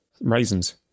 Raisins